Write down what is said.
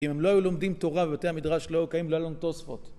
אם הם לא היו לומדים תורה בבתי המדרש שלא היו קיימים לא היה להם תוספות.